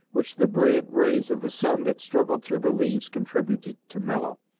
which the brilliant rays of the sun that struggled through the leaves contributed to mellow,